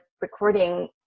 recording